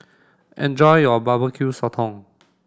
enjoy your Barbecue Sotong